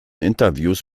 interviews